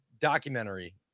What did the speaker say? documentary